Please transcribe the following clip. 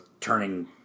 turning